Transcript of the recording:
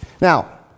Now